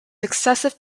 excessive